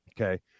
Okay